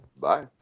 bye